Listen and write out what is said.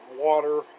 water